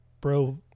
bro